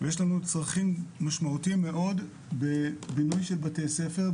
ויש לנו צרכים משמעותיים מאוד בבינוי של בתי ספר,